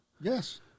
Yes